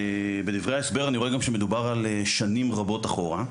בדברי ההסבר אני רואה גם שמדובר על שנים רבות אחורה.